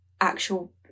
actual